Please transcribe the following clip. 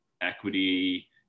equity